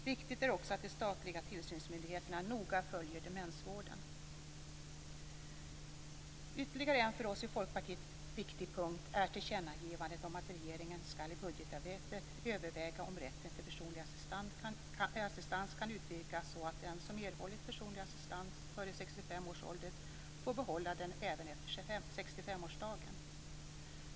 Viktigt är också att de statliga tillsynsmyndigheterna noga följer demensvården Ytterligare en för oss i Folkpartiet viktig punkt är tillkännagivandet om att regeringen i budgetarbetet skall överväga om rätten till personlig assistans kan utvidgas så att den som erhållit personlig assistans före 65 års ålder får behålla den även efter 65 årsdagen.